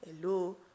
hello